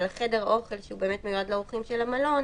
חדר אוכל שהוא באמת מיועד לאורחים של המלון,